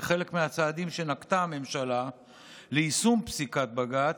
כחלק מהצעדים שנקטה הממשלה ליישום פסיקת בג"ץ,